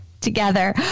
together